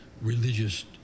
religious